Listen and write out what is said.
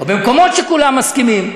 ובמקומות שכולם מסכימים.